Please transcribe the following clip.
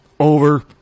Over